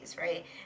Right